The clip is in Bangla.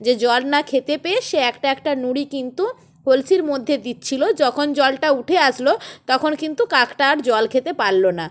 যে জল না খেতে পেয়ে সে একটা একটা নুড়ি কিন্তু কলসির মধ্যে দিচ্ছিল যখন জলটা উঠে আসলো তখন কিন্তু কাকটা আর জল খেতে পারল না